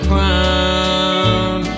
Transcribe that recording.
Crown